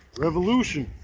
revolution.